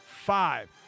five